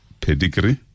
pedigree